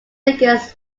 against